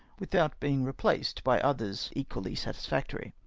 without being replaced by others equally satisfactory.